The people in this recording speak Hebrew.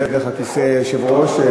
דרך כיסא היושב-ראש,